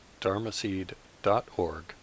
dharmaseed.org